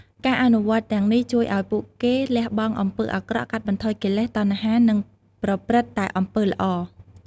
ការអនុវត្តទាំងនេះជួយឱ្យពួកគេលះបង់អំពើអាក្រក់ កាត់បន្ថយកិលេស តណ្ហា និងប្រព្រឹត្តតែអំពើល្អ។